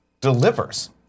delivers